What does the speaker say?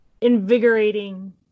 invigorating